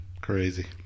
Crazy